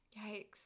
Yikes